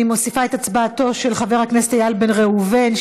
אני מוסיפה את הצבעתו של חבר הכנסת איל בן ראובן,